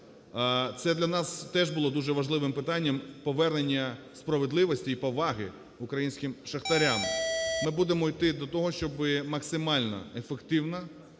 Це для нас теж було дуже важливим питанням – повернення справедливості і поваги українським шахтарям. Ми будемо йти до того, щоби максимально ефективно